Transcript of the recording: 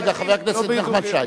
רגע, חבר הכנסת נחמן שי.